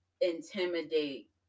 intimidate